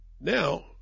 now